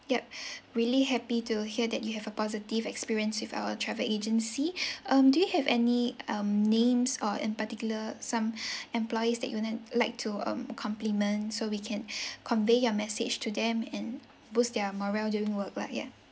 yup really happy to hear that you have a positive experience with our travel agency um do you have any um names or in particular some employees that you name like to um compliment so we can convey your message to them and boost their morale during work like yeah